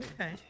Okay